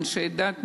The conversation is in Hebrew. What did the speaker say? אנשי הדת,